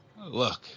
look